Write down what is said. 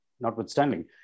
notwithstanding